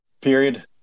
period